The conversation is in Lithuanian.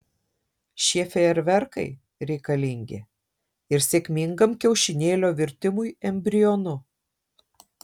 šie fejerverkai reikalingi ir sėkmingam kiaušinėlio virtimui embrionu